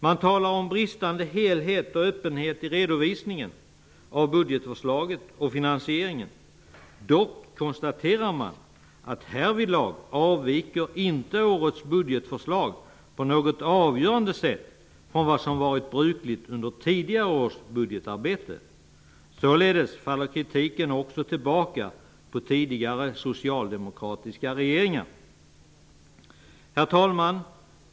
De talar om bristande helhet och öppenhet i redovisningen av budgetförslaget och finansieringen. Dock konstaterar de att årets budgetförslag härvidlag inte på något avgörande sätt avviker från vad som varit brukligt under tidigare års budgetarbete. Således faller kritiken också tillbaka på tidigare socialdemokratiska regeringar. Herr talman!